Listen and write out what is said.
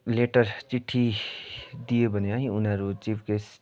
letter चिठी दियो भने है उनीहरू चिफ गेस्ट